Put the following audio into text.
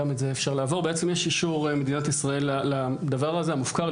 בעצם יש אישור במדינת ישראל לדבר הזה המופקר,